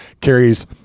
carries